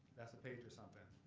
that's a page or something.